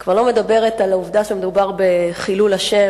אני כבר לא מדברת על העובדה שמדובר בחילול השם,